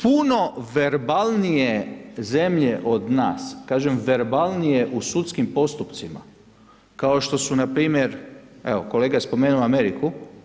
Puno verbalnije zemlje od nas, kažem, verbalnije u sudskim postupcima, kao što su npr., evo, kolega je spomenuo Ameriku.